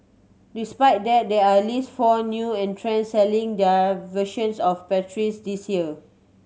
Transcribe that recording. despite that there are at least four new entrants selling their versions of the pastries this year